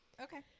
Okay